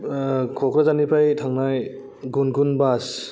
क'क्राझारनिफ्राय थांनाय गुनगुन बास